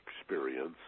experience